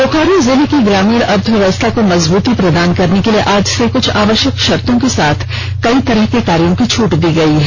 बोकारो जिले की ग्रामीण अर्थव्यवस्था को मजबूती प्रदान करने के लिए आज से कुछ आवश्यक शर्तो के साथ कई तरह के कार्यो को छूट दी गई है